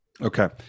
Okay